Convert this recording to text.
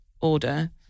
Order